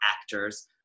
actors